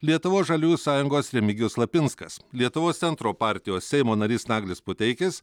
lietuvos žaliųjų sąjungos remigijus lapinskas lietuvos centro partijos seimo narys naglis puteikis